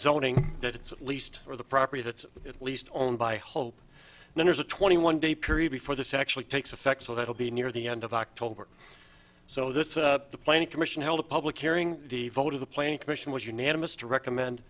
it's at least for the property that's at least owned by hope and there's a twenty one day period before this actually takes effect so that will be near the end of october so that's the planning commission held a public airing the vote of the plane commission was unanimous to recommend